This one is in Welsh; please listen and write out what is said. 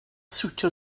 siwtio